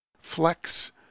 flex